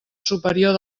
superior